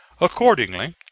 Accordingly